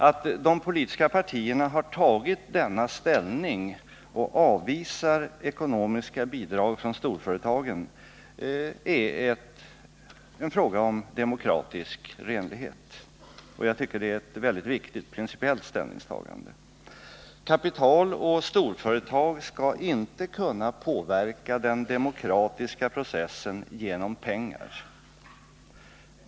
Att de politiska partierna har intagit denna ställning och avvisar ekonomiska bidrag från storföretagen är ett uttryck för demokratisk renlighet, och det är ett mycket viktigt principiellt ställningstagande. Kapital och storföretag skall inte genom pengar kunna påverka den demokratiska processen.